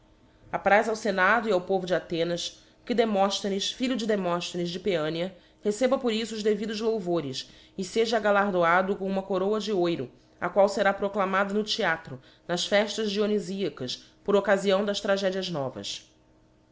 apraz ao fenado e ao povo de athenas que demofthenes filho de demofthenes de paeania receba por iffo os devidos louvores e feja galardoado com uma coroa de oiro a qual fera proclamada no theatro nas feftas dionyfiacas por occafião das tragedias novas